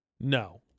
no